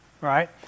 right